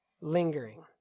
lingering